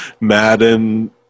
Madden